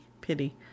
pity